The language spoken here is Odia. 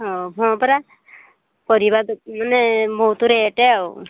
ହଉ ହଁ ପରା ପରିବା ମାନେ ବହୁତ ରେଟ୍ ଆଉ